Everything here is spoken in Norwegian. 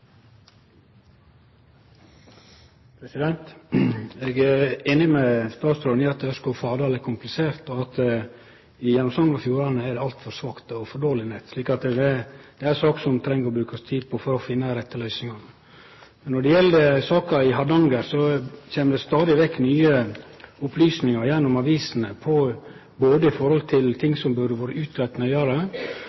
Eg er einig med statsråden i at Ørskog–Fardal er komplisert. Gjennom Sogn og Fjordane er det eit altfor svakt og dårleg nett. Dette er ei sak som ein treng å bruke tid på for å finne den rette løysinga. Når det gjeld saka i Hardanger, kjem det stadig vekk nye opplysningar i avisene om ting som burde ha vore utgreidd nøyare, og det er ein betydeleg mistillit til